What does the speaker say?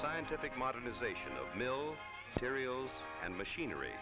scientific modernization of milk cereals and machinery